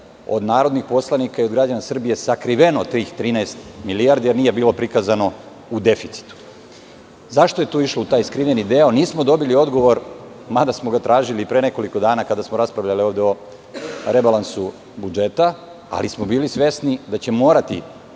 od narodnih poslanika i od građana Srbije sakriveno tih 13 milijardi jer nije bilo prikazano u deficitu.Zašto je to išlo u taj skriveni deo? Nismo dobili odgovor, mada smo ga tražili i pre nekoliko dana kada smo raspravljali ovde o rebalansu budžeta, ali smo bili svesni da će morati